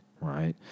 right